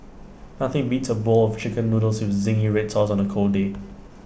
nothing beats A bowl of Chicken Noodles with Zingy Red Sauce on A cold day